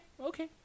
Okay